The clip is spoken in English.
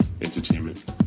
Entertainment